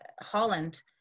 Holland